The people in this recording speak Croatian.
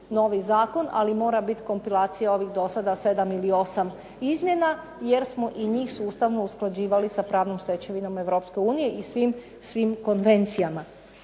ali mora biti kompilacija ovih 7 ili 8 izmjena, jer smo i njih sustavno usklađivali sa pravnom stečevinom Europske unije i svim konvencijama.